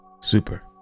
Super